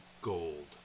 gold